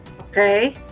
okay